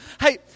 Hey